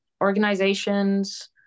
organizations